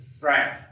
Right